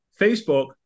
Facebook